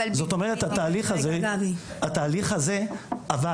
זאת אומרת התהליך הזה עבד.